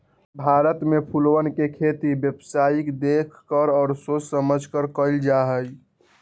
भारत में फूलवन के खेती व्यावसायिक देख कर और सोच समझकर कइल जाहई